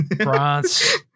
France